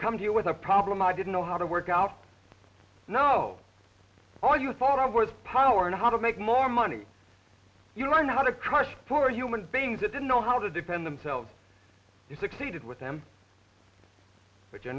come to you with a problem i didn't know how to work out no all you thought of was power and how to make more money you are not a crutch for human beings that didn't know how to defend themselves you succeeded with them but you're